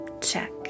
check